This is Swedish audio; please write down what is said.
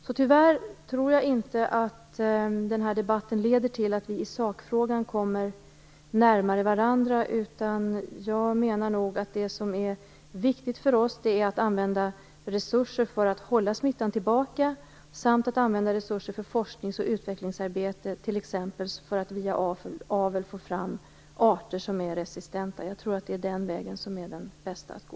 Jag tror alltså inte att den här debatten leder till att vi i sakfrågan kommer närmare varandra. Jag menar nog att det som är viktigt för oss är att resurser används för att hålla smittan tillbaka samt att resurser används för forsknings och utvecklingsarbete, t.ex. för att via avel få fram resistenta arter. Jag tror att den vägen är den bästa att gå.